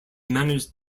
managed